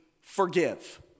forgive